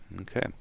Okay